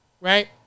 right